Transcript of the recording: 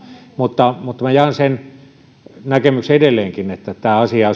mutta minä jaan sen näkemyksen edelleenkin että tämä asia